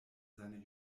seine